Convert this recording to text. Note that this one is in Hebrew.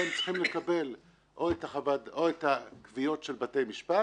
אלא הם צריכים לקבל או את הקביעות של בתי משפט